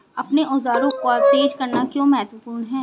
अपने औजारों को तेज करना क्यों महत्वपूर्ण है?